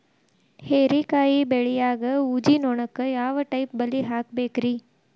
ಹೇರಿಕಾಯಿ ಬೆಳಿಯಾಗ ಊಜಿ ನೋಣಕ್ಕ ಯಾವ ಟೈಪ್ ಬಲಿ ಹಾಕಬೇಕ್ರಿ?